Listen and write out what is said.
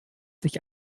sich